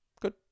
good